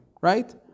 Right